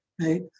right